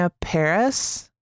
Paris